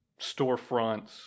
storefronts